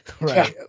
Right